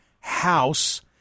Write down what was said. house